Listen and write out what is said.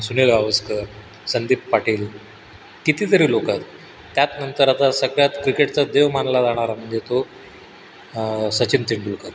सुनील गावस्कर संदीप पाटील किती तरी लोक आहेत त्यात नंतर आता सगळ्यात क्रिकेटचा देव मानला जाणारा म्हणजे तो सचिन तेंडुलकर